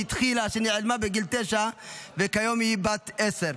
שנעלמה בגיל תשע וכיום היא בת עשר.